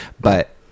But-